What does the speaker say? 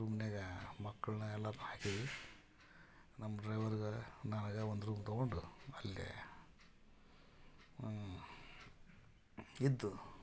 ಒಂದು ರೂಮ್ನ್ಯಾಗ ಮಕ್ಕಳನ್ನ ಎಲ್ಲರನ್ನೂ ಹಾಕೀವಿ ನಮ್ಮ ಡ್ರೈವರ್ಗೆ ನನಗೆ ಒಂದು ರೂಮ್ ತಗೊಂಡು ಅಲ್ಲೇ ಇದ್ದು